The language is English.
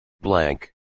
blank